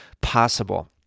possible